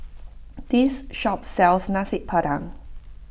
this shop sells Nasi Padang